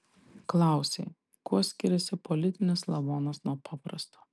klausei kuo skiriasi politinis lavonas nuo paprasto